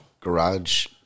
Garage